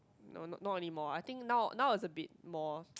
no not not only mall I think now now is a bit more